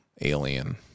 alien